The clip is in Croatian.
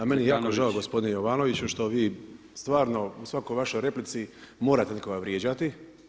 Pa meni je jako žao gospodine Jovanoviću što vi stvarno u svakoj vašoj replici morate nekoga vrijeđati.